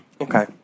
Okay